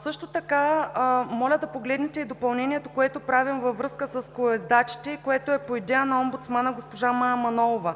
Също така моля да погледнете и допълнението, което правим във връзка с колоездачите, което е по идея на омбудсмана госпожа Мая Манолова.